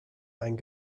einen